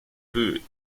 peut